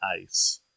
Ice